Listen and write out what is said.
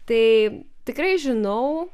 tai tikrai žinau